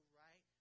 right